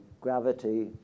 gravity